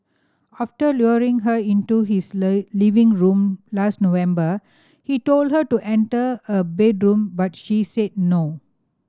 after luring her into his living room last November he told her to enter a bedroom but she said no